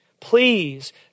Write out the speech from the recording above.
Please